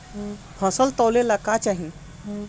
फसल तौले ला का चाही?